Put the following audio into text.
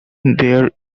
there